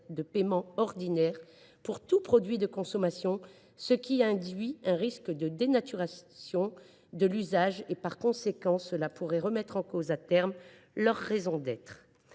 de paiement ordinaires pour tout produit de consommation induit un risque de dénaturation de leur usage. Partant, cela pourrait remettre en cause, à terme, leur raison d’être.